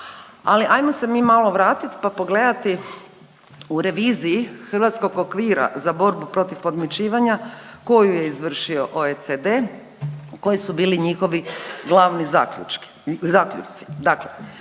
Ali hajmo se mi malo vratiti, pa pogledati u reviziji hrvatskog okvira za borbu protiv podmićivanja tko ju je izvršio OECD, koji su bili njihovi glavni zaključci.